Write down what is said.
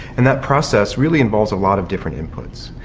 and that process really involves a lot of different inputs.